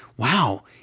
Wow